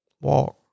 walk